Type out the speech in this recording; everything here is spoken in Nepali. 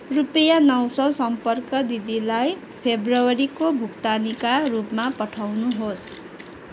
रुपियाँ नौ सय सम्पर्क दिदीलाई फेब्रुअरीको भुक्तानीका रूपमा पठाउनुहोस्